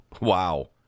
Wow